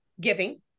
giving